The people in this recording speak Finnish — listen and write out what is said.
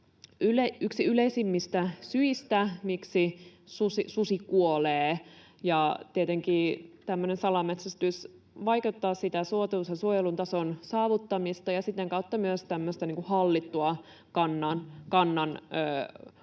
yksi yleisimmistä syistä, miksi susi kuolee, ja tietenkin tämmöinen salametsästys vaikeuttaa sitä suotuisan suojelutason saavuttamista ja sitä kautta myös tämmöistä hallittua kannanhoitoa